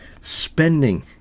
spending